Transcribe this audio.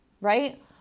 right